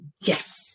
Yes